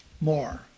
More